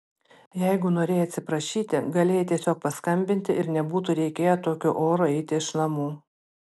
jeigu norėjai atsiprašyti galėjai tiesiog paskambinti ir nebūtų reikėję tokiu oru eiti iš namų